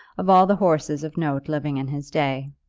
of all the horses of note living in his day.